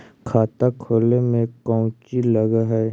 खाता खोले में कौचि लग है?